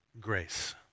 grace